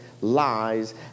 lies